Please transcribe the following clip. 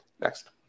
next